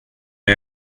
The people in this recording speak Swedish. jag